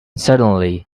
suddenly